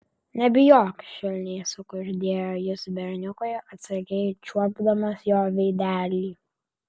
nebijok švelniai sukuždėjo jis berniukui atsargiai čiuopdamas jo veidelį